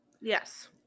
Yes